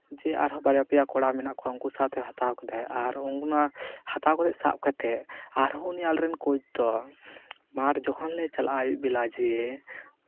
ᱡᱮ ᱟᱨᱦᱚᱸ ᱵᱟᱨᱭᱟ ᱯᱮᱭᱟ ᱠᱚᱲᱟ ᱢᱮᱱᱟᱜ ᱠᱚᱠᱷᱟᱱ ᱩᱱᱠᱩ ᱥᱟᱶᱛᱮ ᱦᱟᱛᱟᱣ ᱠᱮᱫᱟᱭ ᱟᱨ ᱚᱱᱟ ᱦᱟᱛᱟᱣ ᱠᱟᱛᱮᱫ ᱥᱟᱵ ᱠᱟᱛᱮᱫ ᱟᱨᱦᱚᱸ ᱩᱱᱤ ᱟᱞᱮᱨᱮᱱ ᱠᱳᱪ ᱫᱚ ᱢᱟᱴᱷ ᱡᱚᱠᱷᱚᱱᱞᱮ ᱪᱟᱞᱟᱜᱼᱟ ᱟᱹᱭᱩᱵ ᱵᱮᱞᱟ ᱡᱮ